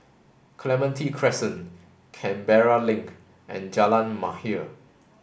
Clementi Crescent Canberra Link and Jalan Mahir